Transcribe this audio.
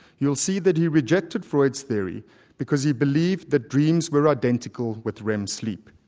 you'll see that he rejected freud's theory because he believed that dreams were identical with rem sleep.